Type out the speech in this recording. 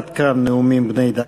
עד כאן נאומים בני דקה.